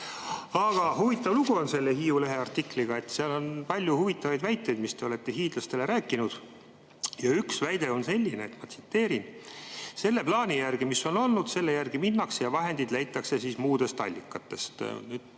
Aga huvitav lugu on selle Hiiu Lehe artikliga. Seal on palju huvitavaid väiteid, mida te olete hiidlastele rääkinud. Ja üks väide on selline, ma tsiteerin: "Selle plaani järgi, mis on olnud, selle järgi minnakse ja vahendid leitakse siis muudest allikatest